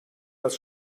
das